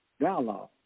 dialogue